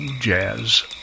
jazz